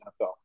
NFL